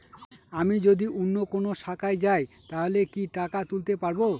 আমি যদি অন্য কোনো শাখায় যাই তাহলে কি টাকা তুলতে পারব?